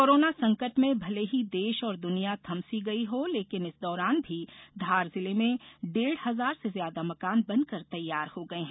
corona संकट में भले ही देश और दुनिया थम सी गई हो लेकिन इस दौरान भी धार जिले में डेढ़ हजार से ज्यादा मकान बन कर तैयार हो गए हैं